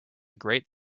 great